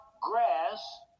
grass